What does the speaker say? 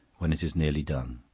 when it is nearly done.